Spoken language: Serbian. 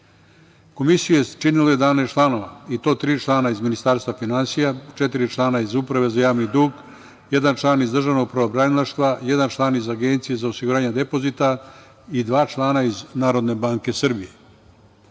Komisiju je sačinilo 11 članova i to tri člana iz Ministarstva finansija, četiri člana iz Uprave za javni dug, jedan član iz Državnog pravobranilaštva, jedna član iz Agencije za osiguranje depozita i dva člana iz Narodne banke Srbije. Prema